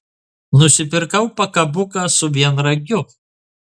nusipirkau pakabuką su vienragiu